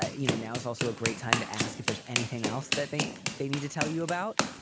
ah you know, now is also a great time to ask if there's anything else that they they need to tell you about.